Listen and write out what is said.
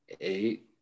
eight